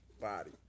body